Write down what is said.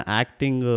acting